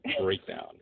breakdown